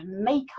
makeup